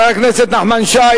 חבר הכנסת נחמן שי,